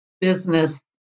business